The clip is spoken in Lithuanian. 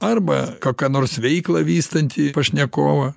arba kokią nors veiklą vystantį pašnekovą